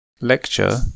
Lecture